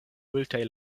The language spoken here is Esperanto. multaj